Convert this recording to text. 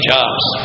Jobs